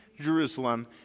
Jerusalem